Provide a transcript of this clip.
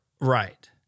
right